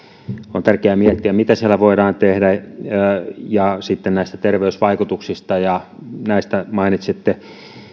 on tärkeää miettiä mitä siellä voidaan tehdä ja sitten terveysvaikutuksista ja näistä mainitsitte